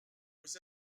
vous